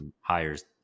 Hires